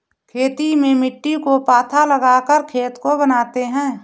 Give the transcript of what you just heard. खेती में मिट्टी को पाथा लगाकर खेत को बनाते हैं?